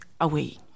away